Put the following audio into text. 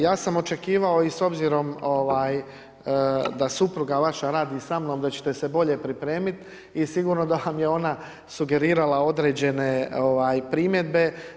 Ja sam očekivao i s obzirom da supruga vaša radi sa mnom da ćete se bolje pripremiti i sigurno da vam je ona sugerirala određene primjedbe.